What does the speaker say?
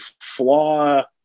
flaw